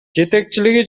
жетекчилиги